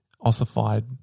ossified